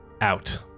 out